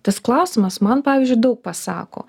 tas klausimas man pavyzdžiui daug pasako